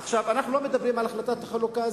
עכשיו אנחנו לא מדברים על החלטת החלוקה.